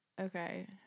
Okay